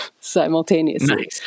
simultaneously